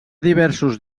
diversos